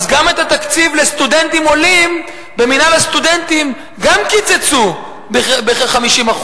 אז גם את התקציב לסטודנטים עולים במינהל הסטודנטים קיצצו בכ-50%.